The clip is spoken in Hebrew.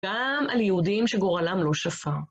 גם על יהודים שגורלם לא שפר.